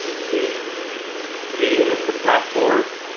we created the platform